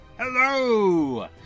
Hello